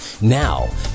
Now